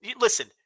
Listen